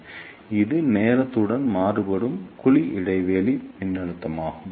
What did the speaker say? எனவே இது நேரத்துடன் மாறுபடும் குழி இடைவெளி மின்னழுத்தமாகும்